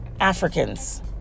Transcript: Africans